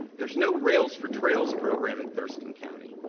there's no rails-for-trails program in thurston county.